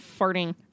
Farting